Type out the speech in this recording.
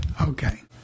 Okay